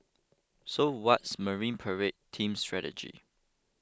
so what's Marine Parade team's strategy